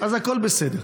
אז הכול בסדר.